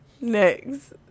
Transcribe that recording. Next